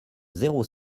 zéro